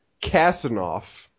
Kasanoff